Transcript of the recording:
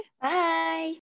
bye